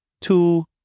two